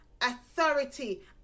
authority